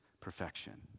perfection